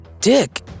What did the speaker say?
Dick